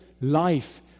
life